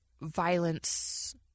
violence